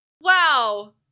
Wow